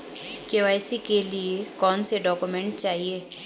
KYC के लिए कौनसे डॉक्यूमेंट चाहिये?